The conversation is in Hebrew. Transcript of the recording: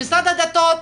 משרד הדתות,